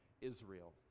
israel